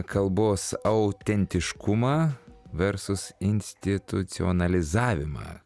kalbos autentiškumą versus institucionalizavimą